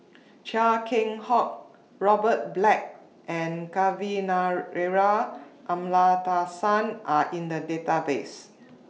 Chia Keng Hock Robert Black and Kavignareru Amallathasan Are in The Database